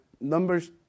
numbers